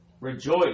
Rejoice